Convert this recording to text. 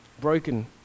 broken